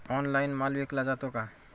Online माल विकला जातो का?